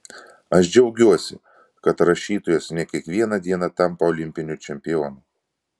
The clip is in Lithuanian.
aš džiaugiuosi kad rašytojas ne kiekvieną dieną tampa olimpiniu čempionu